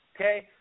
Okay